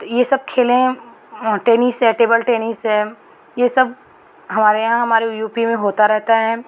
तो ये सब खेलें टेनिस है टेबल टेनिस है ये सब हमारे यहाँ हमारे यू पी में होता रहता है